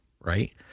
right